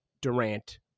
Durant